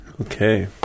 Okay